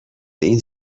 این